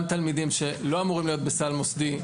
גם תלמידים שלא אמורים להיות בסל מוסדי.